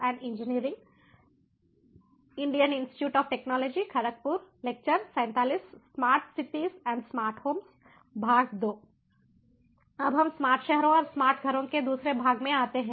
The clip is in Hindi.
अब हम स्मार्ट शहरों और स्मार्ट घरों के दूसरे भाग में आते हैं